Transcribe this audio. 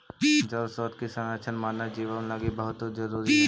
जल स्रोत के संरक्षण मानव जीवन लगी बहुत जरूरी हई